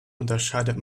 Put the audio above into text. unterscheidet